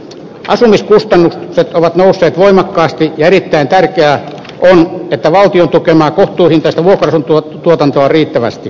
asumiskustannukset ovat nousseet voimakkaasti ja erittäin tärkeää on että valtion tukemaa kohtuuhintaista vuokra asuntotuotantoa on riittävästi